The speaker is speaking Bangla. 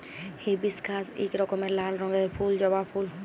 হিবিশকাস ইক রকমের লাল রঙের ফুল জবা ফুল